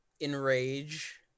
Enrage